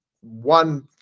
one